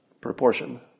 proportion